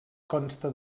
consta